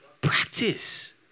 Practice